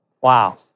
Wow